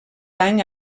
any